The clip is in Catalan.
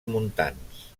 montans